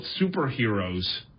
superheroes